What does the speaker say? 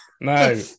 No